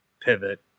pivot